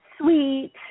sweet